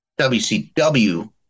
WCW